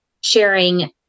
sharing